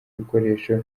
ibikoresho